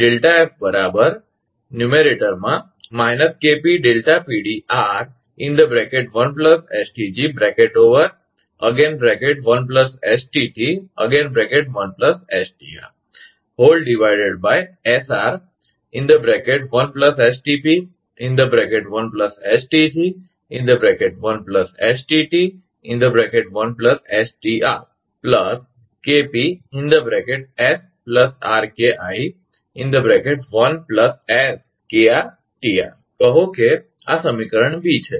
તેથી એફ આ તરીકે લખી શકાય છે કહો કે આ સમીકરણ બી છે